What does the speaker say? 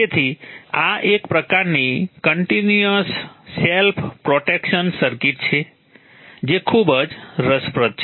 તેથી આ એક પ્રકારની કન્ટીન્યુઅસ સેલ્ફ પ્રોટેક્શન સર્કિટ છે જે ખૂબ જ રસપ્રદ છે